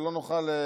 ולא נוכל,